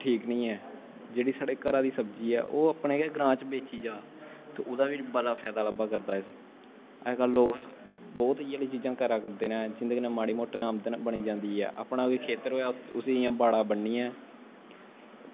ठीक निं ऐ जेह्ड़ी साढ़ी घरा दी सब्जी ऐ ओह् अपने गै ग्रांऽ च बेची जाऽ ते ओह्दा बी बड़ा फैदा लब्भा करदा ऐ अजकल्ल लोग बौह्त इ'यै नेही चीजां करा करदे न जेह्दे कन्नै माड़ी मोटी आमदन बनी जंदी ऐ अपना खेत्तर होऐ उस्सी बनियै